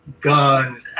Guns